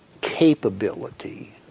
capability